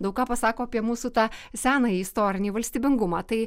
daug ką pasako apie mūsų tą senąjį istorinį valstybingumą tai